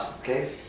okay